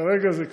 כרגע זה כשר,